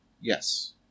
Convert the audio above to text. Yes